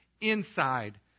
inside